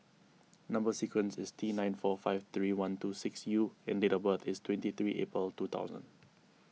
Number Sequence is T nine four five three one two six U and date of birth is twenty three April two thousand